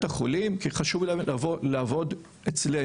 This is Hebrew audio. החולים ובאים כי חשוב להם לעבוד אצלנו.